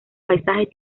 paisajes